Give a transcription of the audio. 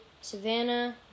Savannah